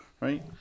Right